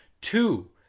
Two